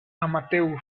amateur